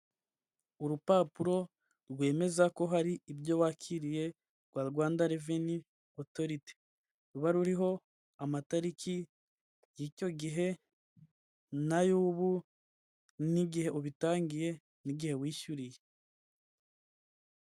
Urupapuro rwemeza ko hari ibyo wakiriye rwa Rwanda Reveni Otoriti. Ruba ruriho amatariki y'icyo gihe n'ay'ubu n'igihe ubitangiye n'igihe wishyuriye.